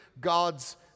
God's